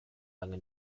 lange